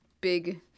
big